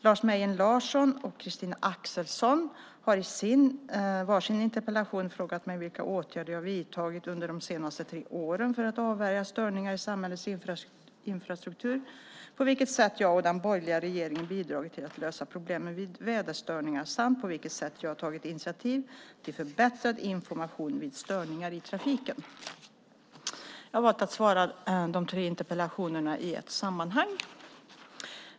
Lars Mejern Larsson och Christina Axelsson har i var sin interpellation frågat mig vilka åtgärder jag vidtagit under de senaste tre åren för att avvärja störningar i samhällets infrastruktur, på vilket sätt jag och den borgerliga regeringen bidragit till att lösa problemen vid väderstörningar samt på vilket sätt jag tagit initiativ till förbättrad information vid störningar i trafiken. Jag har valt att besvara de tre interpellationerna i ett sammanhang.